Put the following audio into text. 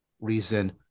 reason